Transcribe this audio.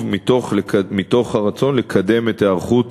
מתוך הרצון לקדם את היערכות